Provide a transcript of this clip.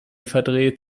verdreht